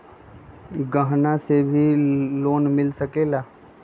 गहना से भी लोने मिल सकेला?